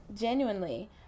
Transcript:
genuinely